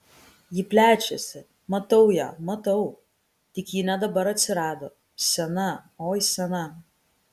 ji plečiasi matau ją matau tik ji ne dabar atsirado sena oi sena